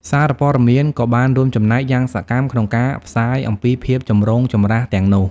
សារព័ត៌មានក៏បានរួមចំណែកយ៉ាងសកម្មក្នុងការផ្សាយអំពីភាពចម្រូងចម្រាសទាំងនោះ។